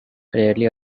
rarely